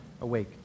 awake